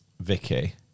Vicky